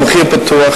על מחיר פיתוח?